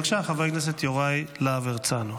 בבקשה, חבר הכנסת יוראי להב הרצנו.